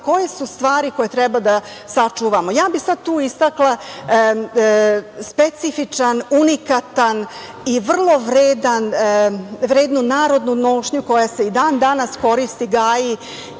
koje su svari koje treba da sačuvamo. Ja bih sada tu istakla specifičan unikatan i vrlo vrednu narodnu nošnju koja se i dan danas koristi, gaji